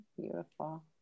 Beautiful